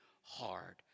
hard